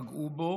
פגעו בו